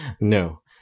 No